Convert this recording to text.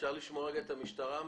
אפשר לשמוע את התייחסות המשטרה?